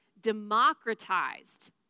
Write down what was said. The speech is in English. democratized